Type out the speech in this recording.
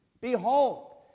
Behold